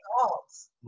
results